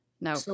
No